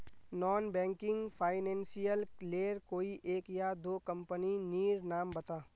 Non banking financial लेर कोई एक या दो कंपनी नीर नाम बता?